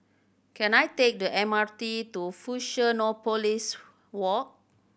can I take the M R T to Fusionopolis Walk